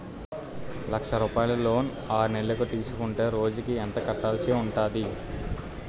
లక్ష రూపాయలు లోన్ ఆరునెలల కు తీసుకుంటే రోజుకి ఎంత కట్టాల్సి ఉంటాది?